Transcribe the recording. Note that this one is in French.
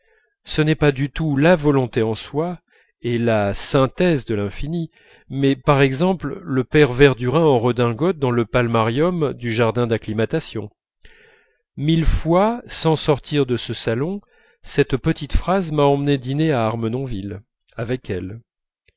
ce n'est pas du tout la volonté en soi et la synthèse de l'infini mais par exemple le père verdurin en redingote dans le palmarium du jardin d'acclimatation mille fois sans sortir de ce salon cette petite phrase m'a emmené dîner à armenonville avec elle